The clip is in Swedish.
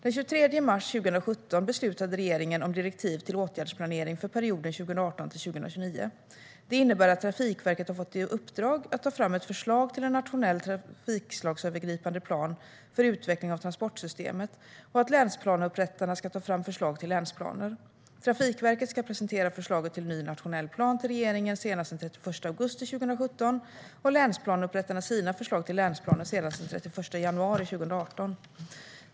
Den 23 mars 2017 beslutade regeringen om direktiv till åtgärdsplanering för perioden 2018-2029. Det innebär att Trafikverket har fått i uppdrag att ta fram ett förslag till en nationell trafikslagsövergripande plan för utveckling av transportsystemet och att länsplaneupprättarna ska ta fram förslag till länsplaner. Trafikverket ska presentera förslaget till ny nationell plan för regeringen senast den 31 augusti 2017 och länsplaneupprättarna sina förslag till länsplaner senast den 31 januari 2018.